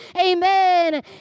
Amen